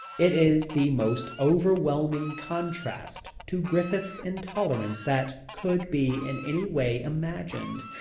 it is the most overwhelming contrast to griffith's intolerance that could be in any way imagined.